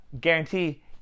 Guarantee